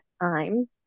times